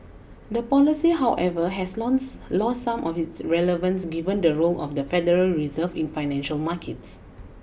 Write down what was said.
the policy however has lost lost some of its relevance given the role of the Federal Reserve in financial markets